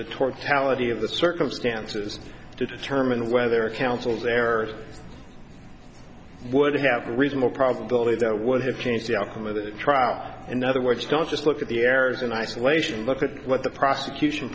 of the circumstances to determine whether counsel's errors would have a reasonable probability that would have changed the outcome of the trial in other words don't just look at the errors in isolation look at what the prosecution